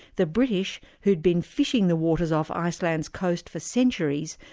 the british, who'd been fishing the waters off iceland's coast for centuries,